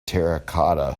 terracotta